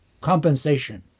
compensation